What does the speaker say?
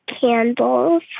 candles